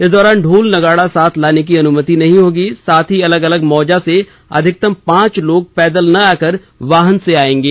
इस दौरान ढोल नगाड़ा साथ लाने की अनुमति नहीं होगी साथ ही अलग अलग मौजा से अधिकतम पांच लोग पैदल न आकर वाहन से आयेंगे